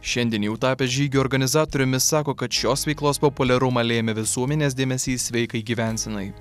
šiandien jau tapęs žygio organizatoriumi sako kad šios veiklos populiarumą lėmė visuomenės dėmesys sveikai gyvensenai